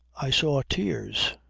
i saw tears,